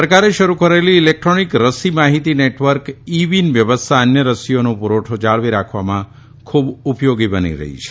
સરકારે શરૂ કરેલી ઇલેકટ્રોનીક રસી માહિતી નેટવર્ક ઇવીન વ્યવસ્થા અન્ય રસીઓનો પુરવઠો જાળવી રાખવામાં ખુબ ઉપયોગી બની રહી છે